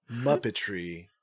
muppetry